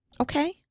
Okay